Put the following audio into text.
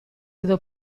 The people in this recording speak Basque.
edo